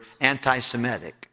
anti-Semitic